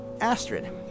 astrid